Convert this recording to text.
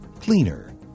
cleaner